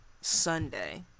Sunday